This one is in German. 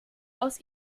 aus